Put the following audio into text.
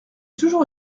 toujours